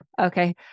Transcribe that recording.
Okay